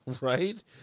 right